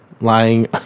lying